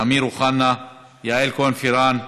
אמיר אוחנה, יעל כהן-פארן.